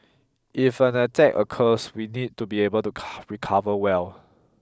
if an attack occurs we need to be able to car recover well